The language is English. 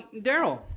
Daryl